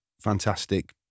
fantastic